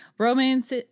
Romance